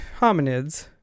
hominids